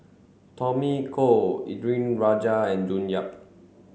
Tommy Koh Indranee Rajah and June Yap